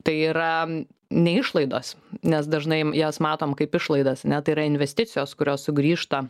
tai yra ne išlaidos nes dažnai jas matom kaip išlaidas ne tai yra investicijos kurios sugrįžta